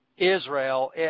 Israel